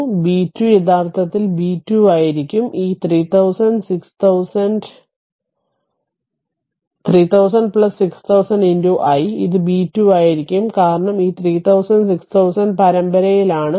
അതിനാൽ b 2 യഥാർത്ഥത്തിൽ b 2 ആയിരിക്കും ഈ 3000 6000 3000 6000 i ഇത് b 2 ആയിരിക്കും കാരണം ഈ 3000 6000 പരമ്പരയിലാണ്